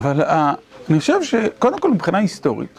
אבל אה... אני חושב ש... קודם כל, מבחינה היסטורית...